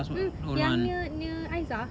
mm yang near near ayza